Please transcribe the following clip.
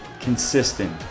consistent